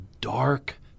dark